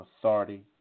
authority